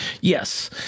Yes